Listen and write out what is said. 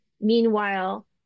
meanwhile